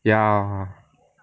ya